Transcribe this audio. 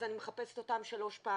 אז אני מחפשת אותם שלוש פעמים,